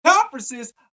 conferences